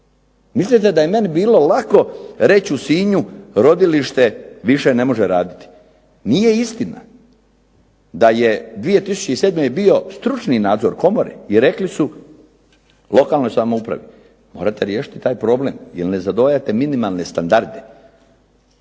Mislite da je meni bilo lako reći u Sinju rodilište više ne može raditi. Nije istina da je, 2007. je bio stručni nadzor komore i rekli su lokalnoj samoupravi morate riješiti taj problem jer ne zadovoljavate minimalne standarde.